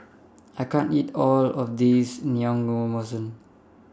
I can't eat All of This